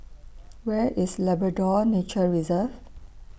Where IS Labrador Nature Reserve